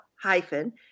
hyphen